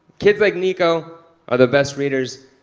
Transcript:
kids like nico are the best readers,